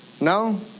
No